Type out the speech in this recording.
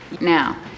Now